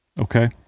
Okay